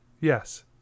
Yes